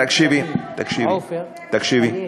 אתה יודע שבנובמבר, תקשיבי, תקשיבי.